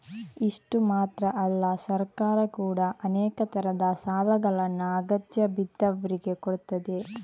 ಇಷ್ಟು ಮಾತ್ರ ಅಲ್ಲ ಸರ್ಕಾರ ಕೂಡಾ ಅನೇಕ ತರದ ಸಾಲಗಳನ್ನ ಅಗತ್ಯ ಬಿದ್ದವ್ರಿಗೆ ಕೊಡ್ತದೆ